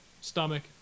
stomach